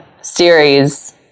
series